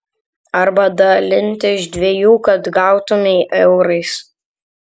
arba dalinti iš dviejų kad gautumei eurais